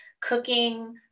cooking